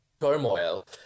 turmoil